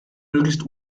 möglichst